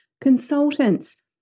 consultants